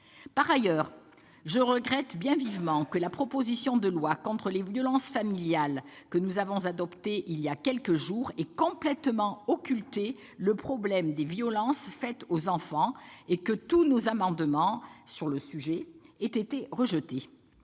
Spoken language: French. Par ailleurs, je regrette vivement que la proposition de loi contre les violences familiales que nous avons adoptée il y a quelques jours ait complètement occulté le problème des violences faites aux enfants et que tous nos amendements sur le sujet aient été rejetés.